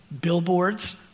billboards